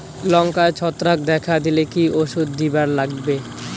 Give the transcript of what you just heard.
লঙ্কায় ছত্রাক দেখা দিলে কি ওষুধ দিবার লাগবে?